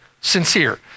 sincere